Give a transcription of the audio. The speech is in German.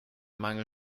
mangel